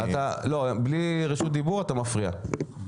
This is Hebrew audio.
תודה.